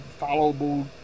followable